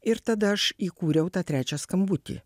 ir tada aš įkūriau tą trečią skambutį